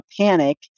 panic